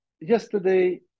yesterday